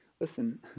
Listen